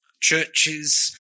Churches